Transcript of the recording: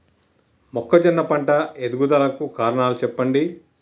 మొక్కజొన్న పంట ఎదుగుదల కు కారణాలు చెప్పండి?